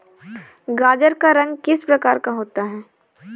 गाजर का रंग किस प्रकार का होता है?